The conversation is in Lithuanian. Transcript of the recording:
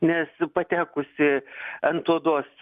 nes patekusi ant odos